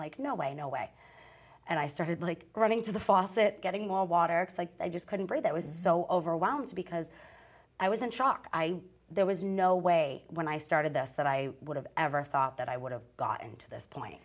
like no way no way and i started like running to the faucet getting all water i just couldn't breathe that was so overwhelmed because i was in shock i there was no way when i started this that i would have ever thought that i would have gotten to this point